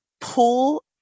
pull